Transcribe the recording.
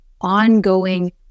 ongoing